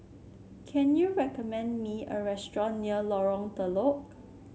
can you recommend me a restaurant near Lorong Telok